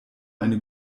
eine